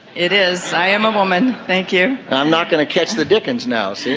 it is, i am a woman, thank you. i'm not going to catch the dickens now, so